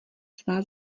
svá